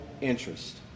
interest